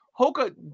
Hoka